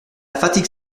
fatigue